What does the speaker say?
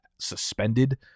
suspended